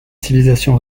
civilisation